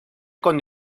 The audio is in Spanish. con